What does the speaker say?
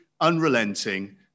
unrelenting